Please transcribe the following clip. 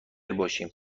باشیم